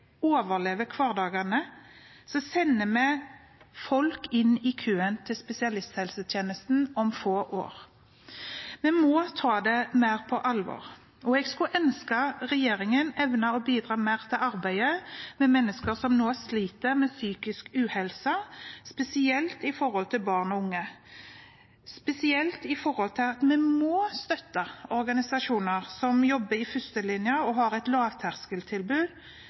sender vi folk inn i køen til spesialisthelsetjenesten om få år. Vi må ta det mer på alvor, og jeg skulle ønske regjeringen evnet å bidra mer til arbeidet med mennesker som nå sliter med psykisk uhelse, spesielt barn og unge, og spesielt med tanke på at vi må støtte organisasjoner som jobber i førstelinjen og har et lavterskeltilbud